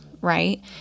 right